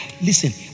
listen